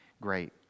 great